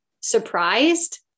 surprised